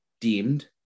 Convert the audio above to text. deemed